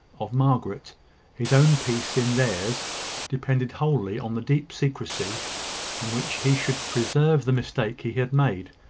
of margaret his own peace in theirs depended wholly on the deep secrecy in which he should preserve the mistake he had made.